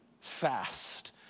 fast